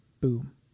Boom